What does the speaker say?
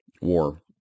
war